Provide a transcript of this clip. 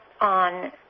on